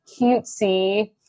cutesy